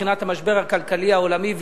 מבחינת המשבר הכלכלי העולמי,